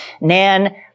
Nan